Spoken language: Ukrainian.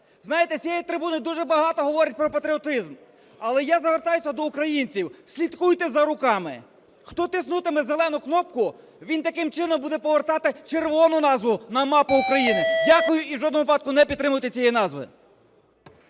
Знаєте, з цієї трибуни дуже багато говорять про патріотизм. Але я звертаюся до українців, слідкуйте за руками. Хто тиснутиме зелену кнопку, він таким чином буде повертати "червону" назву на мапу України. Дякую і в жодному випадку не підтримуйте цієї назви.